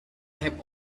have